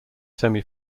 semi